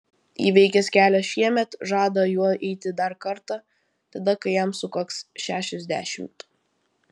įveikęs kelią šiemet žada juo eiti dar kartą tada kai jam sukaks šešiasdešimt